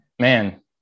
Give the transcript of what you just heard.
man